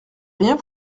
rien